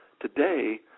today